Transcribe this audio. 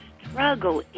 struggle